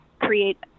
create